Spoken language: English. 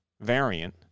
variant